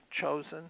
chosen